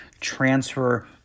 transfer